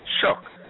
Shock